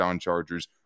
Chargers